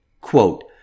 Quote